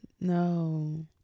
No